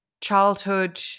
childhood